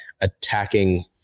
attacking